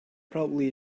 probably